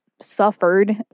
suffered